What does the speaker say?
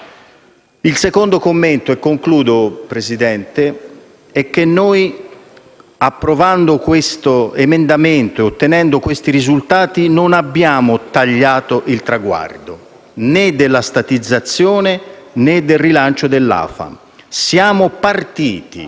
Il secondo commento è che noi, approvando questo emendamento e ottenendo questi risultati, non abbiamo tagliato il traguardo, né della statizzazione, né del rilancio dell'AFAM. Siamo appena